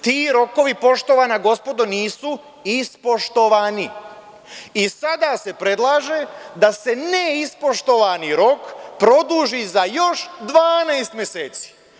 Ti rokovi, poštovana gospodo, nisu ispoštovani i sada se predlaže da se ne ispoštovani rok produži za još 12 meseci.